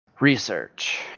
Research